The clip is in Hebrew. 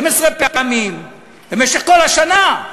12 פעמים במשך כל השנה.